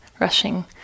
rushing